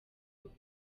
rugo